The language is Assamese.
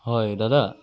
হয় দাদা